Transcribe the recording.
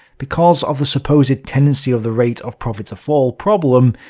because of the supposed tendency of the rate of profit to fall problem,